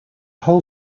whole